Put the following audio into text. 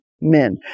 men